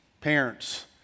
parents